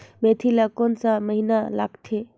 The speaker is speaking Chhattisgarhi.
मेंथी ला कोन सा महीन लगथे?